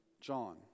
John